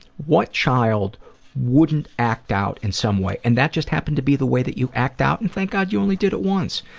what child wouldn't act out in some way? and that just happened to be the way you act out and thank god you only did it once.